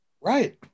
right